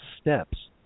steps